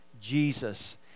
Jesus